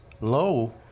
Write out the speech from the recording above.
low